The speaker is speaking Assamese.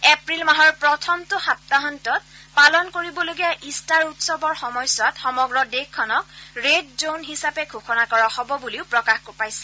এপ্ৰিল মাহৰ প্ৰথমটো সপ্তাহান্তত পালন কৰিবলগীয়া ইষ্টাৰ উৎসৱৰ সময়ছোৱাত সমগ্ৰ দেশখনক ৰে'ড জ'ন হিচাপে ঘোষণা কৰা হ'ব বুলিও প্ৰকাশ পাইছে